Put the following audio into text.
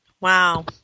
Wow